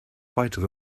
weitere